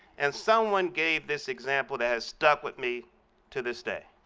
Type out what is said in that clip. and someone gave this example that has stuck with me to this day.